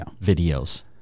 videos